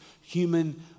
human